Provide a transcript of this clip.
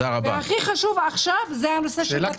והכי חשוב עכשיו זה הנושא של בתי חולים פרטיים.